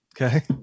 Okay